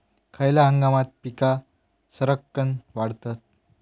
खयल्या हंगामात पीका सरक्कान वाढतत?